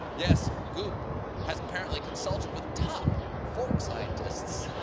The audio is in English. yes, goop has apparently consulted with top fork scientists